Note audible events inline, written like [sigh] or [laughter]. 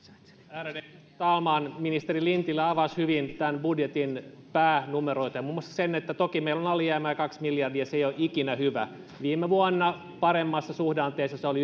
ärade talman ministeri lintilä avasi hyvin tämän budjetin päänumeroita muun muassa sen että toki meillä on alijäämää kaksi miljardia ja se ei ole ikinä hyvä viime vuonna paremmassa suhdanteessa se oli [unintelligible]